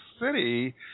City